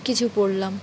কিছু পড়লাম